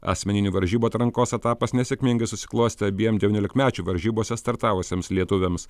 asmeninių varžybų atrankos etapas nesėkmingai susiklostė abiem devyniolikmečių varžybose startavusiems lietuviams